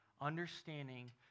understanding